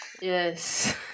Yes